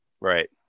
right